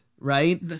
right